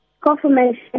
confirmation